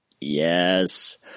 Yes